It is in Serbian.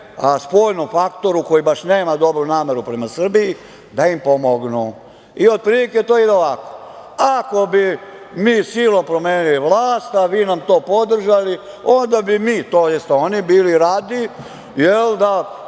spoljnom faktoru, koji baš nema dobru nameru prema Srbiji, da im pomognu. Otprilike, to ide ovako. Ako bi mi silom promenili vlast, vi nam to podržali, onda bi mi, tj. oni, bili radi da